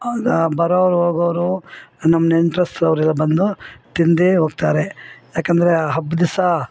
ಬರೋವ್ರು ಹೋಗೊವ್ರು ನಮ್ಮ ನೆಂಟ್ರು ಅವರೆಲ್ಲ ಬಂದು ತಿಂದೇ ಹೋಗ್ತಾರೆ ಯಾಕಂದರೆ ಹಬ್ಬದ್ದಿಸ